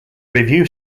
review